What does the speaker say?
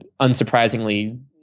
unsurprisingly